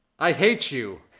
i hate you,